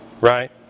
Right